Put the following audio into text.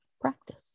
practice